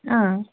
अँ